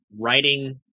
writing